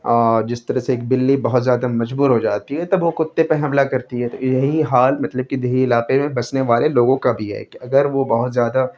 جس طرح سے ایک بلی بہت زیادہ مجبور ہو جاتی ہے تب وہ کتے پہ حملہ کرتی ہے تو یہی حال مطلب کہ دیہی علاقے میں بسنے والے لوگوں کا بھی ہے کہ اگر وہ بہت زیادہ